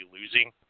losing